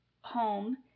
home